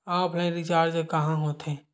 Offline recharge कहां होथे?